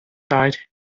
died